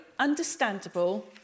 understandable